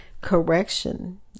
Correction